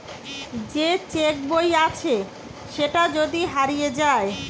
যে চেক বই আছে সেটা যদি হারিয়ে যায়